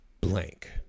blank